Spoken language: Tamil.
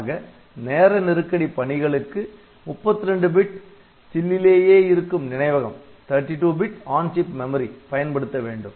ஆக நேர நெருக்கடி பணிகளுக்கு 32 பிட் சில்லிலேயே இருக்கும் நினைவகம் பயன்படுத்த வேண்டும்